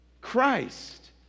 Christ